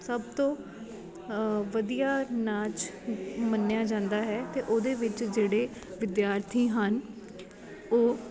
ਸਭ ਤੋਂ ਵਧੀਆ ਨਾਚ ਮੰਨਿਆ ਜਾਂਦਾ ਹੈ ਅਤੇ ਉਹਦੇ ਵਿੱਚ ਜਿਹੜੇ ਵਿਦਿਆਰਥੀ ਹਨ ਉਹ